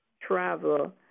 Travel